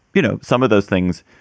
you know, some of those things,